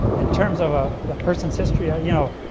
in terms of ah the person's history. ah you know,